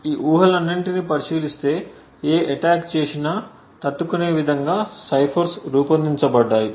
ఈ ఊహలన్నింటినీ పరిశీలిస్తే ఏ అటాక్ చేసినా తట్టుకునే విధంగా సైఫర్స్ రూపొందించబడ్డాయి